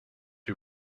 who